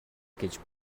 гэж